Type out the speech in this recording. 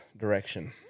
direction